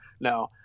no